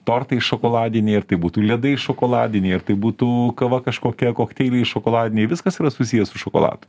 tortai šokoladiniai ar tai būtų ledai šokoladiniai ar tai būtų kava kažkokia kokteiliai šokoladiniai viskas yra susiję su šokoladu